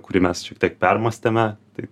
kurį mes šiek tiek permąstėme tai